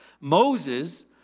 Moses